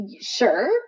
Sure